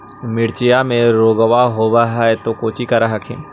मिर्चया मे रोग्बा होब है तो कौची कर हखिन?